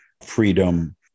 freedom